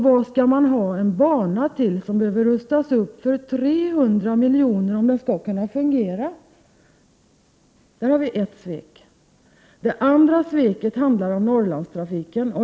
Vad skall man med en bana till, som behöver rustas upp för 300 milj.kr. om den skall kunna fungera? Detta var det första sveket. Det andra sveket handlar om Norrlandstrafiken.